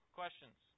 questions